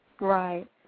right